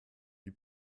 die